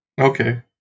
Okay